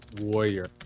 warrior